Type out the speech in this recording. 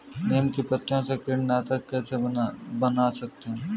नीम की पत्तियों से कीटनाशक कैसे बना सकते हैं?